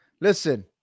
listen